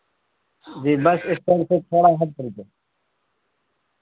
جی bus stand سے تھوڑا ہٹ کرے